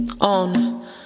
on